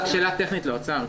רק שאלה טכנית לאוצר.